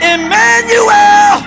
Emmanuel